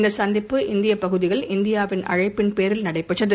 இந்தசந்திப்பு இந்தியபகுதியில் இந்தியாவின் அழைப்பின் பேரில் நடைபெற்றது